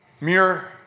Muir